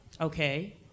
okay